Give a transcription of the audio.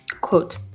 quote